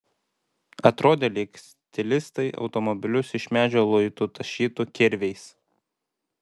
atrodė lyg stilistai automobilius iš medžio luitų tašytų kirviais